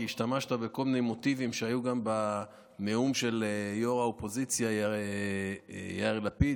כי השתמשת בכל מיני מוטיבים שהיו גם בנאום של ראש האופוזיציה יאיר לפיד,